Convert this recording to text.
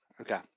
Okay